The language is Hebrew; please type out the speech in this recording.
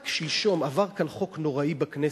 רק שלשום עבר כאן חוק נוראי בכנסת,